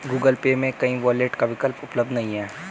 Google Pay में कोई wallet का विकल्प उपलब्ध नहीं है